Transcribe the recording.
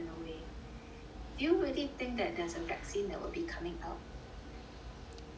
do you really think that there's a vaccine that will be coming out